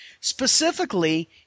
Specifically